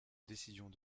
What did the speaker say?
décisions